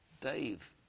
Dave